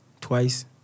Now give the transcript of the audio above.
twice